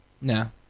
no